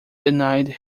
denied